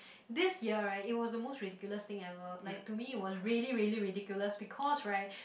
this year right it was the most ridiculous thing ever like to me it was really really ridiculous because right